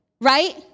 right